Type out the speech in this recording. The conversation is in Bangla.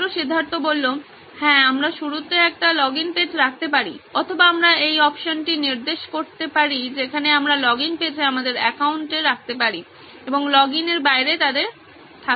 ছাত্র সিদ্ধার্থ হ্যাঁ আমরা শুরুতে একটি লগইন পেজ রাখতে পারি অথবা আমরা এই অপশনটি নির্দেশ করতে পারি যেখানে আমরা লগইন পেজে আমাদের অ্যাকাউন্টে রাখতে পারি এবং লগইন এর বাইরে তাদের থাকতে পারে